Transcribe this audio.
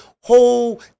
whole